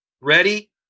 Ready